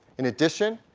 in addition,